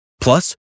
Plus